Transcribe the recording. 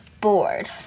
bored